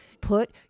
put